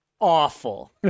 awful